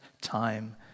time